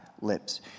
lips